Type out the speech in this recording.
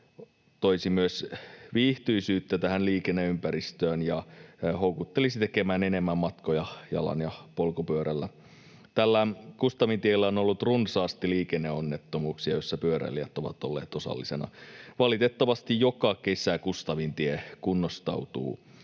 toisi myös viihtyisyyttä tähän liikenneympäristöön ja houkuttelisi tekemään enemmän matkoja jalan ja polkupyörällä. Tällä Kustavintiellä on ollut runsaasti liikenneonnettomuuksia, joissa pyöräilijät ovat olleet osallisena. Valitettavasti joka kesä Kustavintie kunnostautuu